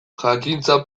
jakintza